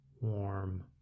warm